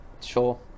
sure